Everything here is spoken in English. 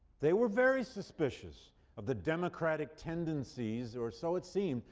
they were very suspicious of the democratic tendencies, or so it seemed,